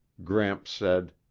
gramps said,